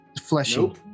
fleshy